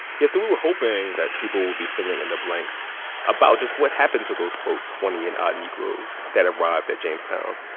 yeah, so we were hoping that people would be filling in the blanks about just what happened to those, quote, twenty and odd negroes that arrived at jamestown.